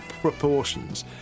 proportions